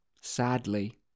sadly